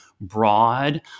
Broad